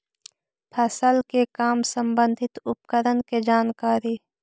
फसल के काम संबंधित उपकरण के जानकारी?